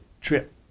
trip